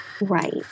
right